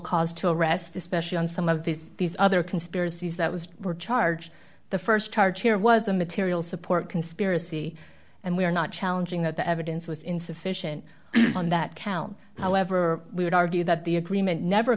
cause to arrest especially on some of these these other conspiracies that was were charged the st charge here was the material support conspiracy and we're not challenging that the evidence was insufficient on that count however we would argue that the agreement never